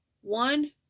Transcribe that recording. one